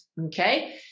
Okay